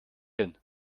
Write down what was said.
hin